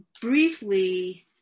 briefly